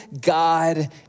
God